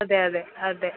അതെ അതെ അതെ